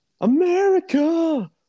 America